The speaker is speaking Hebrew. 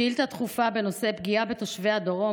שאילתה דחופה בנושא פגיעה בתושבי הדרום